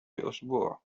الأسبوع